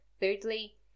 Thirdly